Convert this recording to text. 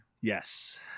Yes